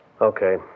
Okay